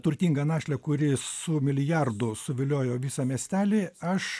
turtingą našlę kuri su milijardu suviliojo visą miestelį aš